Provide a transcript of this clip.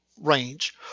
range